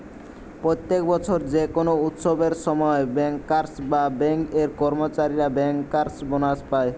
প্রত্যেক বছর যে কোনো উৎসবের সময় বেঙ্কার্স বা বেঙ্ক এর কর্মচারীরা বেঙ্কার্স বোনাস পায়